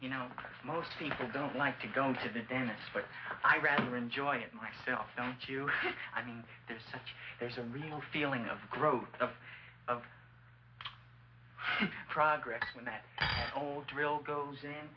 you know most people don't like to going to the dentist but i rather enjoy it myself don't you i mean there's such there's a real feeling of growth of progress when that old drill goes in